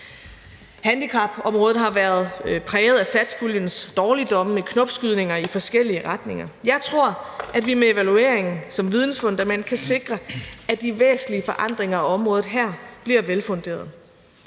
Handicapområdet har været præget af satspuljens dårligdomme med knopskydninger i forskellige retninger. Jeg tror, at vi med evalueringen som vidensfundament kan sikre, at de væsentlige forandringer af området her bliver velfunderede.